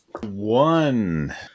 One